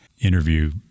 interview